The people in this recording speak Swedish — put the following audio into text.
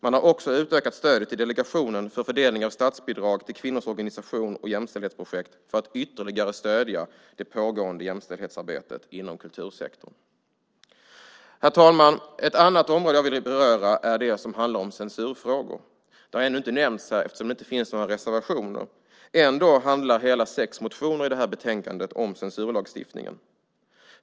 Man har också utökat stödet till Delegationen för fördelning av statsbidrag till kvinnors organisering och jämställdhetsprojekt för att ytterligare stödja det pågående jämställdhetsarbetet inom kultursektorn. Herr talman! Ett annat område jag vill beröra är det som handlar om censurfrågor. Det har ännu inte nämnts här eftersom det inte finns några reservationer. Ändå handlar hela sex motioner som behandlas i betänkandet om censurlagstiftningen.